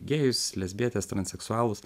gėjus lesbietes transseksualus